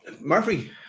murphy